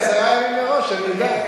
לפחות תודיעו לי עשרה ימים מראש, שאני אדע.